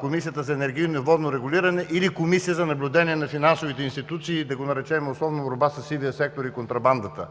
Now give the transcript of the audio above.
Комисията за енергийно и водно регулиране или Комисия за наблюдение на финансовите институции, да го наречем условно „борба със сивия сектор и контрабандата“,